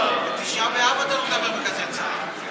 בתשעה באב אתה לא מדבר בכזה צער.